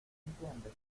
entiende